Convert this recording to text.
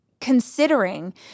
considering